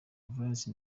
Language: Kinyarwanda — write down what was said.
valence